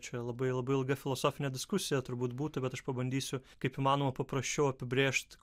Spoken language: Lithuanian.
čia labai labai ilga filosofinė diskusija turbūt būtų bet aš pabandysiu kaip įmanoma paprasčiau apibrėžt